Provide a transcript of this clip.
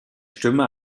stimme